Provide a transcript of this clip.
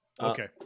Okay